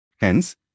Hence